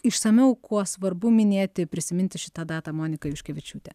išsamiau kuo svarbu minėti prisiminti šitą datą monika juškevičiūtė